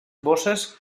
bosses